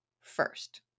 first